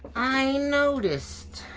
i noticed.